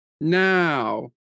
Now